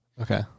Okay